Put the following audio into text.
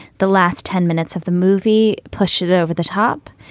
the last ten minutes of the movie, push it over the top.